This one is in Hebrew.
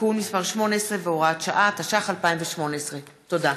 (תיקון מס' 18 והוראת שעה), התשע"ח 2018. תודה.